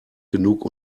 genug